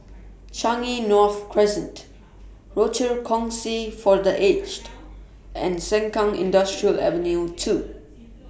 Changi North Crescent Rochor Kongsi For The Aged and Sengkang Industrial Ave two